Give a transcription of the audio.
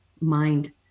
mind